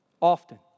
often